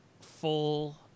full